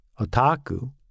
otaku